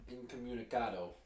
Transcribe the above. incommunicado